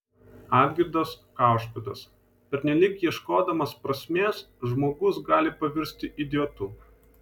algirdas kaušpėdas pernelyg ieškodamas prasmės žmogus gali pavirsti idiotu